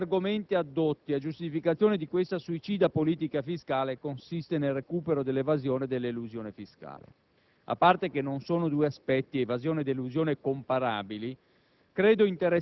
uno degli argomenti addotti a giustificazione di questa suicida politica fiscale consiste nel recupero dell'evasione e dell'elusione fiscale. A parte che non sono due aspetti, evasione ed elusione, comparabili,